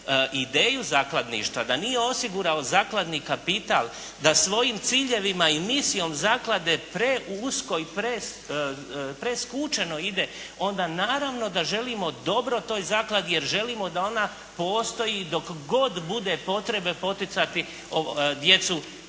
ideju zakladništva, da nije osigurao zakladni kapital, da svojim ciljevima i misijom zaklade preusko, preskučeno ide onda naravno da želimo dobro toj zakladi jer želimo da ona postoji dok god bude potrebe, poticati djecu